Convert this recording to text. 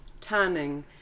tanning